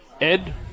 Ed